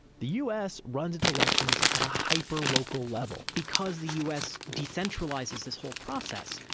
the us runs its elections at a hyper-local level because the us decentralizes this whole process,